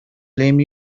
blame